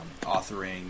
authoring